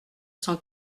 cent